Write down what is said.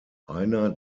einer